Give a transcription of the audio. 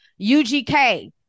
UGK